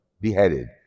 beheaded